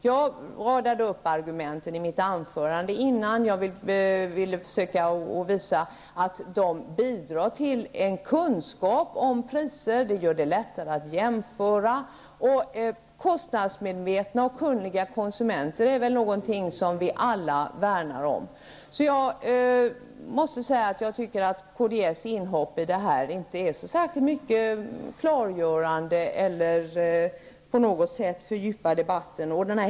Jag radade upp mina argument i mitt huvudanförande och sade att de bidrar till en kunskap om priser, de gör det lättare att jämföra. Kostnadsmedvetna och kunniga konsumenter är väl någonting som vi alla vill värna om. Jag måste säga att jag tycker att kds inhopp i denna fråga inte är särskilt klargörande eller på något sätt fördjupar debatten.